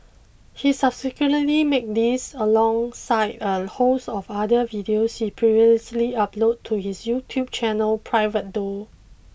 he subsequently made these alongside a host of other videos he previously uploaded to his YouTube channel private though